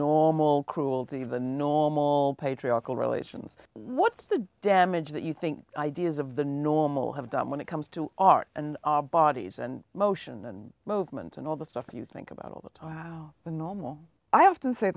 normal cruelty of a normal patriarchal religions what's the damage that you think ideas of the normal have done when it comes to art and our bodies and motion and movement and all the stuff you think about all the time the normal i often say